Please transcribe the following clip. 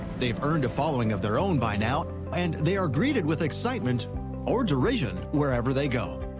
they've earned a following of their own by now, and they are greeted with excitement or derision wherever they go.